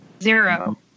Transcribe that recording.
Zero